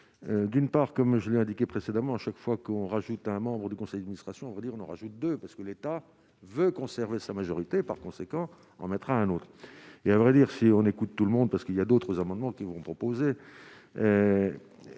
d'une part, comme je l'ai indiqué précédemment, à chaque fois qu'on rajoute un membre du conseil administration à vrai dire on en rajoute 2 parce que l'État veut conserver sa majorité, par conséquent, on mettra un autre et, à vrai dire, si on écoute tout le monde parce qu'il y a d'autres amendements qui vont proposer